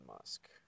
Musk